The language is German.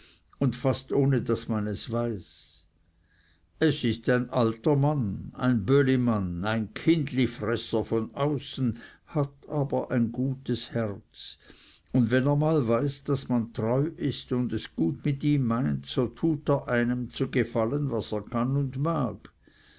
und fast ohne daß man es weiß es ist ein alter mann ein bölimann ein kindlifresser von außen hat aber ein gutes herz und wenn er mal weiß daß man treu ist und es gut mit ihm meint so tut er einem zu gefallen was er kann und mag